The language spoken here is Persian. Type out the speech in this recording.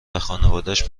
خانوادش